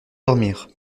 dormir